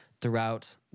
throughout